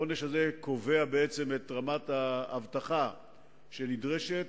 העונש הזה קובע את רמת האבטחה שנדרשת.